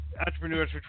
entrepreneurs